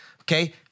okay